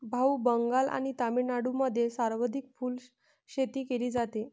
भाऊ, बंगाल आणि तामिळनाडूमध्ये सर्वाधिक फुलशेती केली जाते